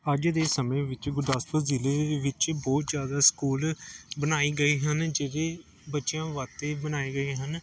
ਅੱਜ ਦੇ ਸਮੇਂ ਵਿੱਚ ਗੁਰਦਾਸਪੁਰ ਜ਼ਿਲੇ ਵਿੱਚ ਬਹੁਤ ਜ਼ਿਆਦਾ ਸਕੂਲ ਬਣਾਏ ਗਏ ਹਨ ਜਿਹੜੇ ਬੱਚਿਆਂ ਵਾਸਤੇ ਬਣਾਏ ਗਏ ਹਨ